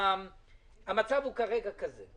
המצב הוא כרגע כזה.